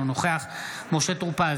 אינו נוכח משה טור פז,